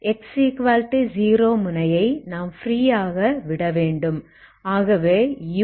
x 0 முனையை நாம் free ஆக விடவேண்டும்